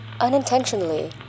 Unintentionally